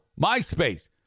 MySpace